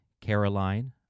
Caroline